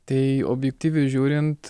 tai objektyviai žiūrint